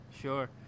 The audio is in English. sure